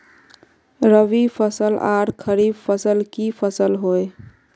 रवि फसल आर खरीफ फसल की फसल होय?